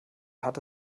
hatte